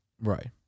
Right